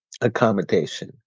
accommodation